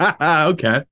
okay